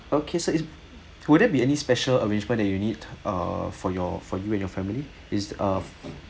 okay so is would there be any special arrangement that you need err for your for you and your family is uh